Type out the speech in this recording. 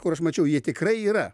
kur aš mačiau jie tikrai yra